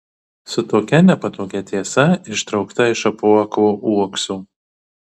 su tokia nepatogia tiesa ištraukta iš apuoko uokso